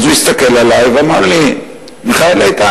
הוא הסתכל אלי ואמר לי: מיכאל איתן,